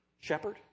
shepherd